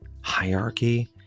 hierarchy